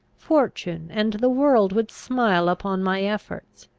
fortune and the world would smile upon my efforts.